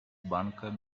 bunker